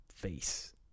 Face